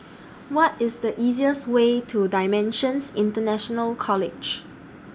What IS The easiest Way to DImensions International College